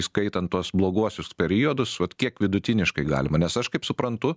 įskaitant tuos bloguosius periodus vat kiek vidutiniškai galima nes aš kaip suprantu